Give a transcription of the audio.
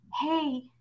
hey